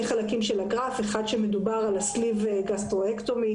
חלקים של הגרף: אחד שמדבר על ה-Sleeve gastrectomy,